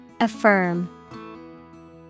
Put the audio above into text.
Affirm